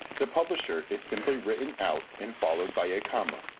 the publisher is simply written out and followed by a comma,